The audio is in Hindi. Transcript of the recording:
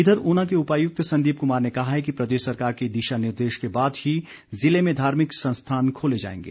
इधर ऊना के उपायुक्त संदीप कुमार ने कहा कि प्रदेश सरकार के दिशा निर्देश के बाद ही जिले में धार्मिक संस्थान खोले जाएंगे